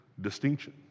distinction